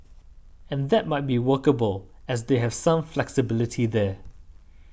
and that might be workable as they have some flexibility there